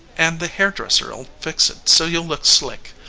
and the hairdresser'll fix it so you'll look slick.